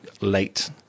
late